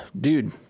dude